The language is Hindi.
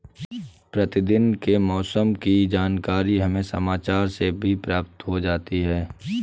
प्रतिदिन के मौसम की जानकारी हमें समाचार से भी प्राप्त हो जाती है